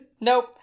Nope